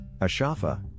Ashafa